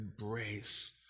embrace